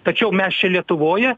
tačiau mes čia lietuvoje